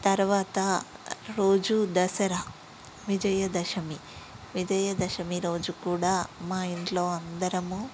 తర్వాత రోజు దసరా విజయ దశమి విజయదశమి రోజు కూడా మా ఇంట్లో అందరమూ